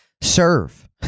serve